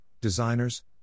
designers